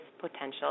potential